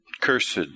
Cursed